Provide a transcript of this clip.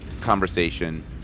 conversation